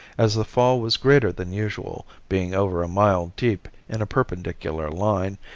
as the fall was greater than usual, being over a mile deep in a perpendicular line,